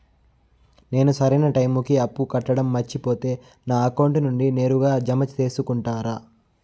నేను సరైన టైముకి అప్పు కట్టడం మర్చిపోతే నా అకౌంట్ నుండి నేరుగా జామ సేసుకుంటారా?